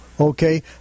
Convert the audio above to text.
Okay